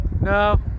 no